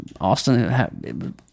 Austin